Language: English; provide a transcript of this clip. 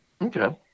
Okay